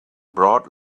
broad